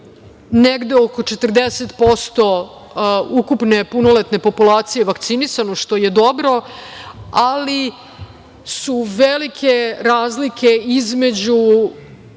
negde oko 40% ukupne punoletne populacije vakcinisano, što je dobro, ali su velike razlike između